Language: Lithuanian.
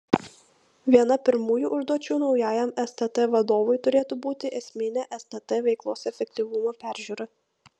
viena pirmųjų užduočių naujajam stt vadovui turėtų būti esminė stt veiklos efektyvumo peržiūra